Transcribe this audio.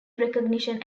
recognition